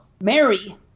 Mary